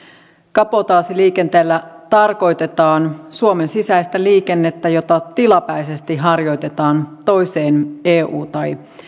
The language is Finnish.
kabotaasiliikenteellä tarkoitetaan suomen sisäistä liikennettä jota tilapäisesti harjoitetaan toiseen eu tai